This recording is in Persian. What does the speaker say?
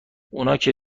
اوناکه